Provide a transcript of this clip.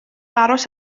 aros